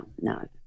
no